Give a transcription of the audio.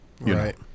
Right